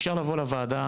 אפשר לבוא לוועדה.